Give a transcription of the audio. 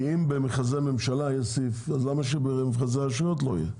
אם במכרזי ממשלה יש סעיף אז למה שבמכרזי הרשויות לא יהיה?